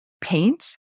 paint